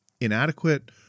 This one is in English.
inadequate